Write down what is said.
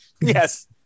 Yes